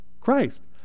Christ